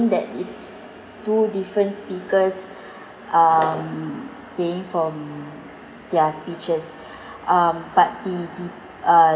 ~ing that it's two different speakers um saying from their speeches um but the the uh